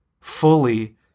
fully